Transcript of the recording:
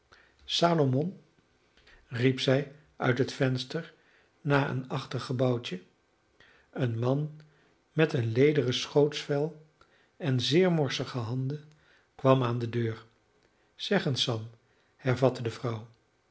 salomon riep zij uit het venster naar een achtergebouwtje een man met een lederen schootsvel en zeer morsige handen kwam aan de deur zeg eens sam hervatte de vrouw